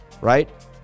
right